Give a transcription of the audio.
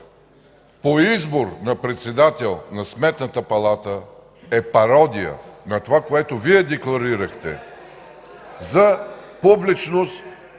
по избор на председател на Сметната палата, е пародия на това, което Вие декларирахте за публичност.